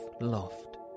loft